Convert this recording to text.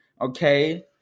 okay